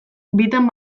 bitan